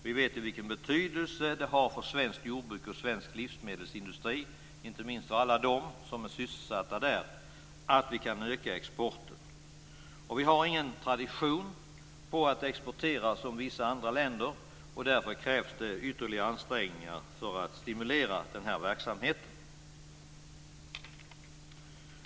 Vi vet vilken betydelse det har för svenskt jordbruk och svensk livsmedelsindustri, och inte minst för alla dem som är sysselsatta där, att vi kan öka exporten. Vi har ingen tradition att exportera som vissa andra länder, och det krävs därför ytterligare ansträngningar för att stimulera den här verksamheten.